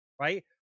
right